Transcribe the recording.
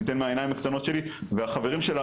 ניתן מהעיניים הקטנות שלי והחברים שלה,